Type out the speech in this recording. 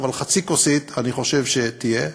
אבל חצי כוסית אני חושב שתהיה,